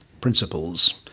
principles